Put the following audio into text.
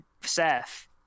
Seth